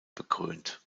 bekrönt